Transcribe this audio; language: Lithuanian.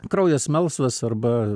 kraujas melsvas arba